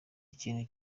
ikintu